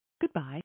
Goodbye